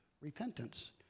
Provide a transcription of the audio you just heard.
repentance